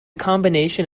combination